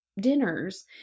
dinners